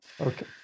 Okay